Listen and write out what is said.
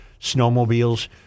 snowmobiles